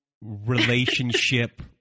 relationship